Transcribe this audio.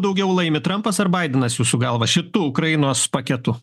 daugiau laimi trampas ar baidenas jūsų galva šitu ukrainos paketu